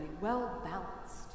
well-balanced